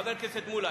חבר הכנסת מולה,